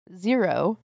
zero